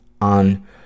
on